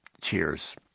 Cheers